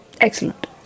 Excellent